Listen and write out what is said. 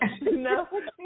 No